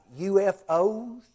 UFOs